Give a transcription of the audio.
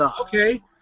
Okay